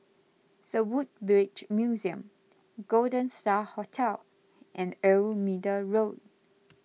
the Woodbridge Museum Golden Star Hotel and Old Middle Road